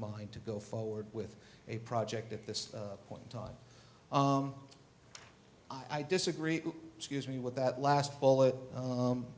mind to go forward with a project at this point in time i disagree scuse me with that last fall that